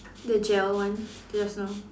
the gel one just now